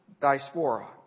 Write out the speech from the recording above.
diaspora